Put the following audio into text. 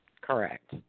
Correct